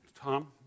Tom